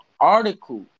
article